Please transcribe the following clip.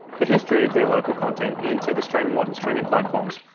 the history of their local content into the streaming, modern streaming platforms.